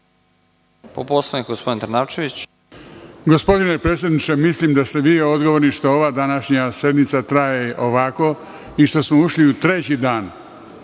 Trnavčević. **Zaharije Trnavčević** Gospodine predsedniče, mislim da ste vi odgovorni što ova današnja sednica traje ovako i što smo ušli u treći dan.